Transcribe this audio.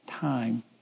time